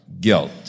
guilt